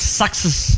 success